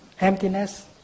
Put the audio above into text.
emptiness